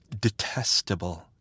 detestable